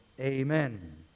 amen